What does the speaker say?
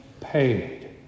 paid